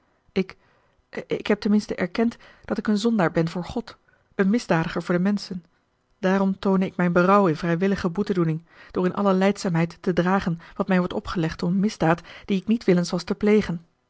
ik ik heb ten minste erkend dat ik een zondaar ben voor god een misdadiger voor de menschen daarom toone ik mijn berouw in vrijwillige boetedoening door in alle lijdzaamheid te dragen wat mij wordt opgelegd om eene misdaad die ik niet willens was te plegen